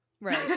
Right